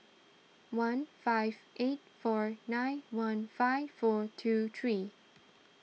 one five eight four nine one five four two three